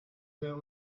that